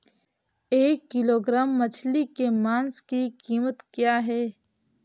एक किलोग्राम मछली के मांस की कीमत क्या है?